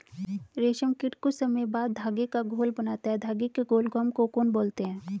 रेशम कीट कुछ समय बाद धागे का घोल बनाता है धागे के घोल को हम कोकून बोलते हैं